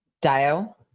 Dio